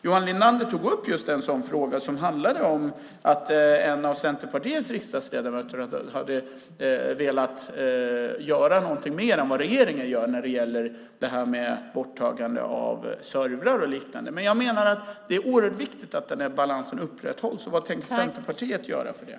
Johan Linander tog upp att just en av Centerpartiets ledamöter hade velat göra mer än regeringen när det gäller borttagande av servrar. Jag menar att det är viktigt att balansen i den här frågan upprätthålls. Vad tänker Centerpartiet göra för det?